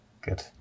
good